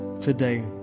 today